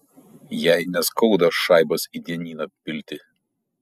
jai neskauda šaibas į dienyną pilti